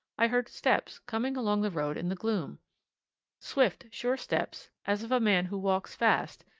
i heard steps coming along the road in the gloom swift, sure steps, as of a man who walks fast,